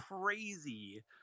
crazy